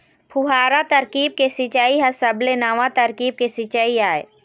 फुहारा तरकीब के सिंचई ह सबले नवा तरकीब के सिंचई आय